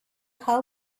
how